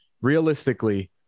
Realistically